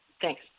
Thanks